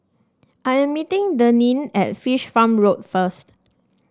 I am meeting Deneen at Fish Farm Road first